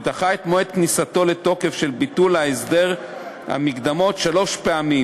ודחה את מועד כניסתו לתוקף של ביטול הסדר המקדמות שלוש פעמים,